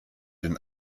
den